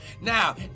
Now